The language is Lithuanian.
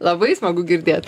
labai smagu girdėt